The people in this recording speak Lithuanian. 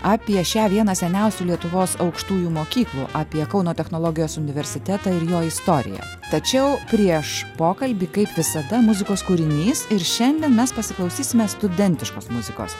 apie šią vieną seniausių lietuvos aukštųjų mokyklų apie kauno technologijos universitetą ir jo istoriją tačiau prieš pokalbį kaip visada muzikos kūrinys ir šiandien mes pasiklausysime studentiškos muzikos